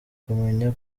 kumenya